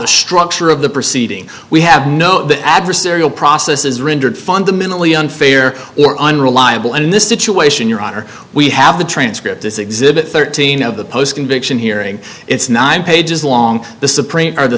the structure of the proceeding we have no adversarial process is rendered fundamentally unfair or unreliable and in this situation your honor we have the transcript this exhibit thirteen of the post conviction hearing it's nine pages long the supreme or the